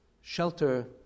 shelter